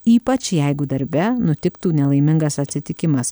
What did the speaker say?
ypač jeigu darbe nutiktų nelaimingas atsitikimas